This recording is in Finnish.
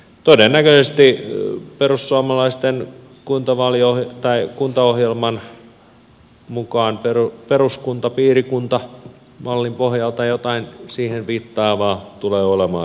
todennäköisesti perussuomalaisten kuntaohjelman mukaan jotain peruskuntapiirikunta mallin pohjalta jotain siihen viittaavaa tulee olemaan sitten ensi kaudella